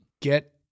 get